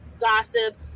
gossip